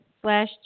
slash